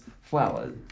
Flowers